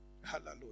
Hallelujah